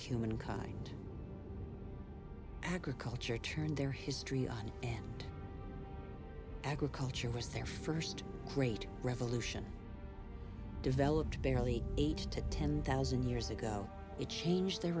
humankind agriculture turned their history on and agriculture was their first great revolution developed barely eight to ten thousand years ago it changed their